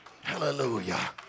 Hallelujah